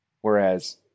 Whereas